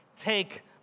Take